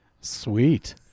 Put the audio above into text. Sweet